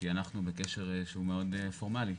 כי אנחנו בקשר שהוא מאוד פורמלי,